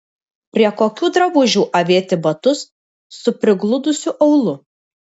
prie kokių drabužių avėti batus su prigludusiu aulu